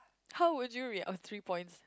how would you react oh three points